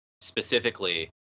specifically